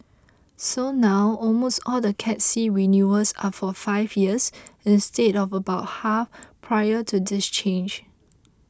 so now almost all the Cat C renewals are for five years instead of about half prior to this change